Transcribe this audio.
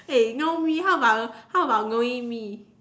eh you know me how about how about knowing me